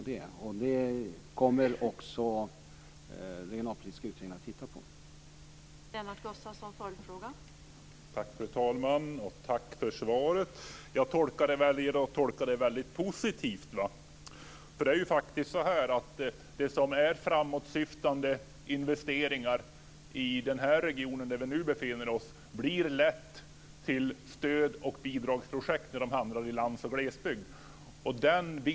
Den regionalpolitiska utredningen ska titta på detta.